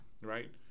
right